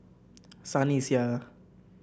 Sunny Sia